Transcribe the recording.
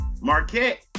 Marquette